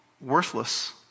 worthless